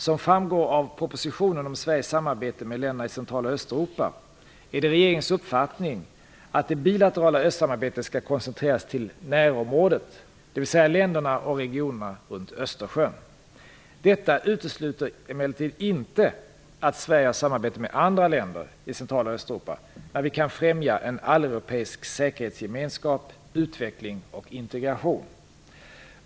Som framgår av propositionen om Sveriges samarbete med länderna i Central och Östeuropa är det regeringens uppfattning att det bilaterala östsamarbetet skall koncentreras till närområdet, dvs. till länderna och regionerna runt Östersjön. Detta utesluter emellertid inte att Sverige har samarbete med andra länder i Central och Östeuropa när vi kan främja en alleuropeisk säkerhetsgemenskap, utveckling och integration.